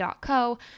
co